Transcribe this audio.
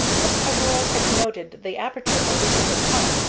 but peveril had noted the aperture by which it had come,